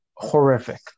horrific